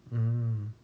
mm